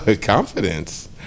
confidence